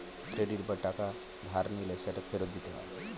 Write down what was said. credit বা টাকা ধার নিলে সেটা ফেরত দিতে হয়